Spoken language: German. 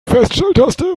feststelltaste